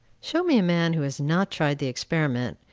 show me a man who has not tried the experiment,